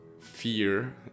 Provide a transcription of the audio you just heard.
fear